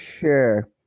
Sure